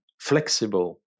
flexible